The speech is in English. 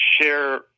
share